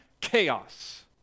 chaos